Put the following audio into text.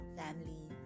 family